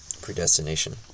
predestination